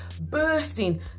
bursting